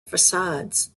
facades